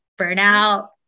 burnout